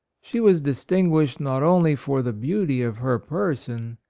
she was distinguished not only for the beauty of her person,